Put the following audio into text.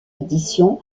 édition